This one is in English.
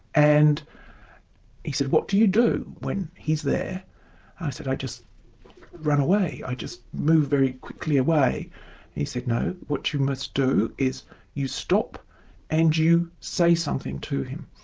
and he said what do you do when he's there? i said i just run away, i just move very quickly away. and he said no, what you must do is you stop and you say something to him,